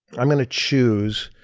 i'm gonna choose,